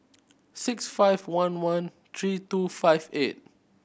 six five one one three two five eight